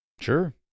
Sure